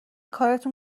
کارتون